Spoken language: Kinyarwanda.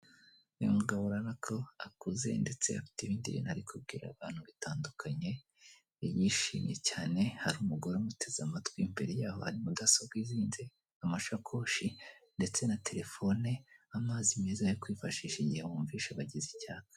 Uyu mugabo urabona ko akuze, ndetse afite ibintu ari kubwira abantu bitandukanye, yishimye cyane, hari umugore umuteze amatwi, imbere ya ho hari mudasobwa izinze, amashakoshi, ndetse na telefone n'amazi meza yo kwifashisha igihe bumva bagize icyaka.